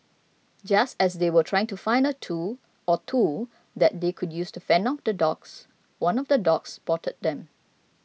just as they were trying to find a tool or two that they could use to fend off the dogs one of the dogs spotted them